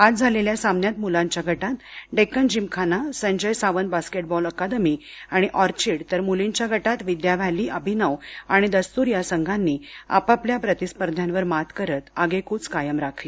आज झालेल्या सामन्यात मुलांच्या गटात डेक्कन जिमखाना संजय सावंत बास्केटबॉल अकादमी आणि ऑर्चिड तर मुलींच्या गटात विद्या व्हॅली अभिनव आणि दस्तुर या संघांनी आपापल्या प्रतिस्पध्यांवर मात करत आगेक्च कायम राखली